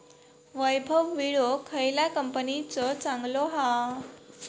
वैभव विळो खयल्या कंपनीचो चांगलो हा?